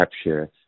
capture